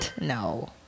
No